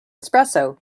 espresso